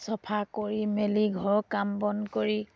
চফা কৰি মেলি ঘৰৰ কাম বন কৰি